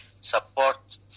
support